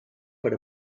per